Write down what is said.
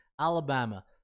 Alabama